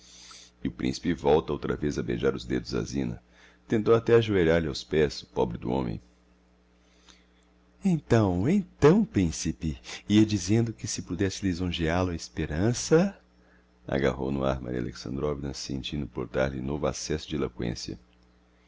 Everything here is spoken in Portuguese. e o principe volta outra vez a beijar os dedos á zina tentou até ajoelhar lhe aos pés o pobre do homem então então principe ia dizendo que se pudesse lisonjeál o a esperança agarrou no ar maria alexandrovna sentindo brotar lhe novo accesso de eloquencia que